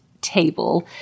table